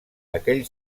aquell